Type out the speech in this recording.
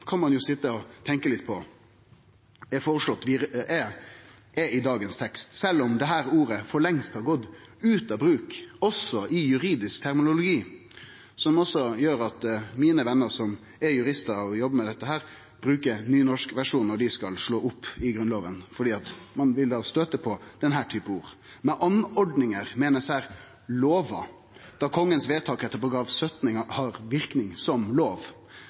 er i teksten i dag, sjølv om det for lengst har gått ut av bruk, også i juridisk terminologi, noko som også gjer at venane mine som er juristar, og som jobbar med dette, bruker den nynorske versjonen når dei skal slå opp i Grunnlova, for ein treff på slike ord. Med «anordninger» meiner ein her lover, da Kongens vedtak etter § 17 har verknad som lov.